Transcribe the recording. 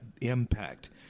impact